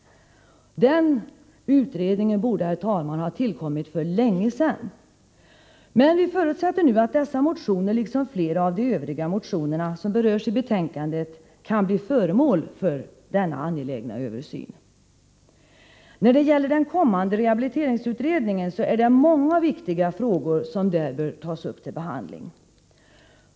Den utredningen borde ha tillkommit för länge sedan. Vi förutsätter nu att dessa motioner liksom flera av de övriga motioner som berörs i betänkandet kan bli föremål för denna angelägna översyn. När det gäller den kommande rehabiliteringsutredningen är det många viktiga frågor som där bör upptas till behandling.